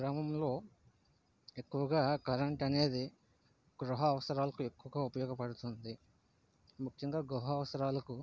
గ్రామంలో ఎక్కువగా కరెంట్ అనేది గృహ అవసరాలకు ఎక్కువగా ఉపయోగపడుతుంది ముఖ్యంగా గృహ అవసరాలకు